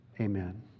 Amen